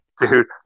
Dude